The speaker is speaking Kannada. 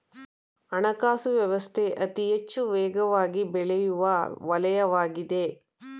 ಹಣಕಾಸು ವ್ಯವಸ್ಥೆ ಅತಿಹೆಚ್ಚು ವೇಗವಾಗಿಬೆಳೆಯುವ ವಲಯವಾಗಿದೆ